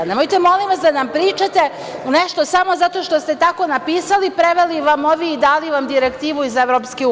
Nemojte molim vas da nam pričate nešto samo zato što ste tako napisali, preveli vam ovi i dali vam direktivu iz EU.